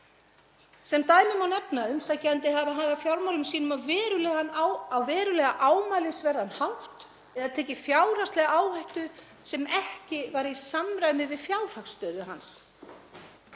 Sem dæmi má nefna að umsækjandi hafi hagað fjármálum sínum á verulega ámælisverðan hátt eða tekið fjárhagslega áhættu sem ekki var í samræmi við fjárhagsstöðu hans.